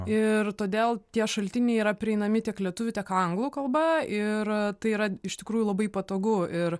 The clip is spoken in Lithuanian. ir todėl tie šaltiniai yra prieinami tiek lietuvių tiek anglų kalba ir tai yra iš tikrųjų labai patogu ir